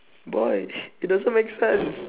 boy it doesn't make sense